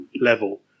level